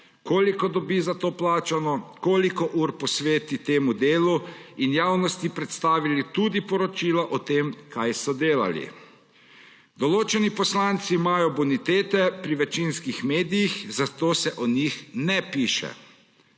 koliko dobi za to plačano, koliko ur posveti temu delu in javnosti predstavili tudi poročilo o tem, kaj so delali. Določeni poslanci imajo bonitete pri večinskih medijih, zato se o njih ne piše.